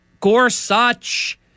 Gorsuch